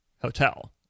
hotel